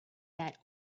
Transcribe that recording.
that